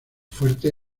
fuerte